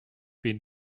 been